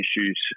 issues